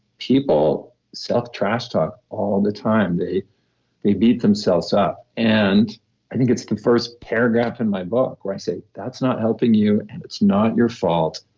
people self-trash talk all the time, they they beat themselves up. and i think it's the first paragraph in my book where i say, that's not helping you and it's not your fault,